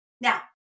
Now